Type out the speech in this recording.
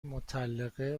مطلقه